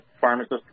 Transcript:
pharmacist